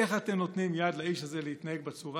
איך אתם נותנים יד לאיש הזה להתנהג בצורה